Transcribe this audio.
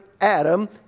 Adam